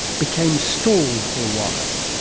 became stalled for a while.